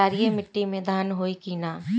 क्षारिय माटी में धान होई की न?